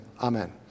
Amen